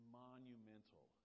monumental